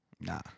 Nah